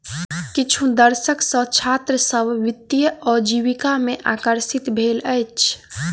किछु दशक सॅ छात्र सभ वित्तीय आजीविका में आकर्षित भेल अछि